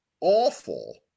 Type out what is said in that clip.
awful